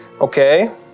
Okay